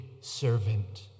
servant